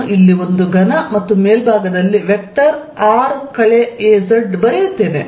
ನಾನು ಇಲ್ಲಿ ಒಂದು ಘನ ಮತ್ತು ಮೇಲ್ಭಾಗದಲ್ಲಿ ವೆಕ್ಟರ್ ಬರೆಯುತ್ತೇನೆ